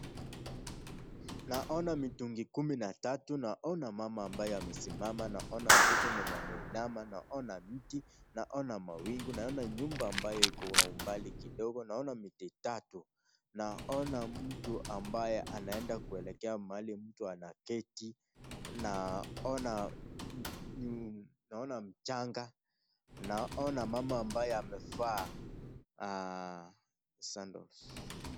Naona mitungi mitatu, naona mama ambayo amesimama, naona mtoto ameinama, naona miti, naona nyumba ambaye iko Kwa umbali kidogo, naona miti tatu, naona mtu ambayo anaenda kuelekeza mahali mtu anaketi, naona mchanga, naona mama ambayo amevaa, sandals